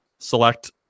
select